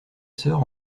soeur